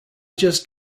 just